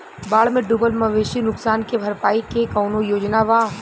बाढ़ में डुबल मवेशी नुकसान के भरपाई के कौनो योजना वा?